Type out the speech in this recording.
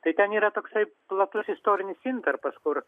tai ten yra toksai platus istorinis intarpas kur